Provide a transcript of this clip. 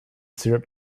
syrup